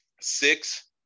Six